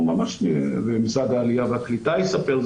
משרד העלייה והקליטה יספר.